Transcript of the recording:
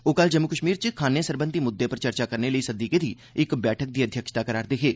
ओ कल जम्मू कश्मीर च खान्नें सरबंधी मुद्दें पर चर्चा करने लेई सद्दी गेदी इक बैठका दी अध्यक्षता करै करदे हे